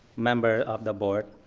member of the board,